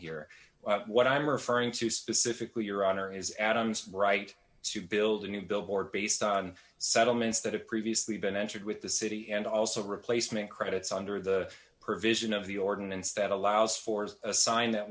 here what i'm referring to specifically your honor is adam's right to build a new billboard based on settlements that have previously been entered with the city and also replacement credits under the provision of the ordinance that